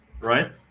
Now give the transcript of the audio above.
right